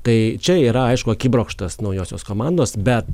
tai čia yra aišku akibrokštas naujosios komandos bet